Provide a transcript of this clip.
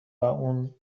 اون